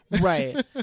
Right